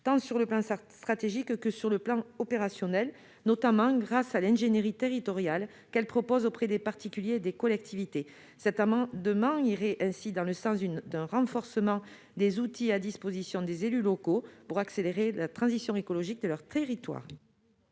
tant sur le plan stratégique que sur le plan opérationnel, notamment grâce à l'ingénierie territoriale qu'elles proposent aux particuliers et aux collectivités. L'adoption de cet amendement permettrait de renforcer les outils à disposition des élus locaux pour accélérer la transition écologique dans leurs territoires.